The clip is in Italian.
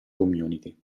community